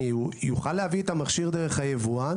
אני אוכל להביא את המכשיר דרך היבואן,